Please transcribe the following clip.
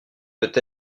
peut